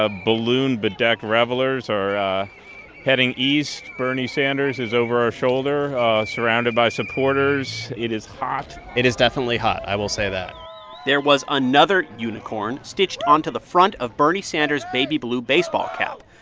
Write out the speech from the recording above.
ah balloon-bedecked revelers are heading east. bernie sanders is over our shoulder surrounded by supporters. it is hot it is definitely hot, i will say that there was another another unicorn stitched onto the front of bernie sanders' baby blue baseball cap.